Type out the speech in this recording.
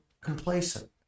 complacent